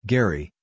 Gary